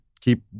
keep